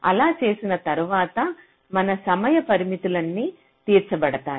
అలా చేసిన తర్వాత మన సమయ పరిమితులన్నీ తీర్చబడతాయి